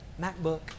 MacBook